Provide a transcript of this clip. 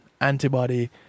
Antibody